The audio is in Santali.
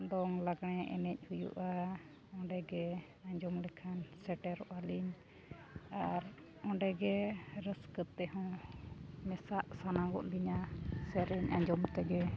ᱫᱚᱝ ᱞᱟᱜᱽᱬᱮ ᱮᱱᱮᱡ ᱦᱩᱭᱩᱜᱼᱟ ᱚᱸᱰᱮ ᱜᱮ ᱟᱸᱡᱚᱢ ᱞᱮᱠᱷᱟᱱ ᱥᱮᱴᱮᱨᱚᱜᱼᱟ ᱞᱤᱧ ᱟᱨ ᱚᱸᱰᱮᱜᱮ ᱨᱟᱹᱥᱠᱟᱹ ᱛᱮᱦᱚᱸ ᱢᱮᱥᱟᱜ ᱥᱟᱱᱟ ᱜᱚᱫ ᱞᱤᱧᱟ ᱥᱮᱨᱮᱧ ᱟᱸᱡᱚᱢ ᱛᱮᱜᱮ